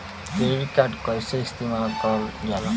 Credit card कईसे इस्तेमाल करल जाला?